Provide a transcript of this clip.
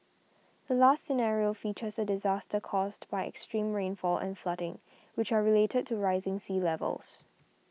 the last scenario features a disaster caused by extreme rainfall and flooding which are related to rising sea levels